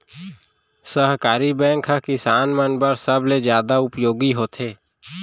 सहकारी बैंक ह किसान मन बर सबले जादा उपयोगी होथे